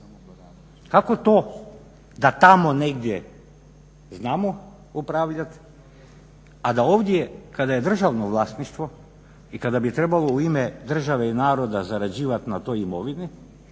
Kako to da tamo negdje znamo upravljati, a da ovdje kada je državno vlasništvo i kada bi trebalo u ime države i naroda zarađivati na toj imovini